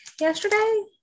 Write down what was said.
yesterday